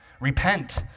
Repent